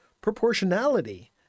proportionality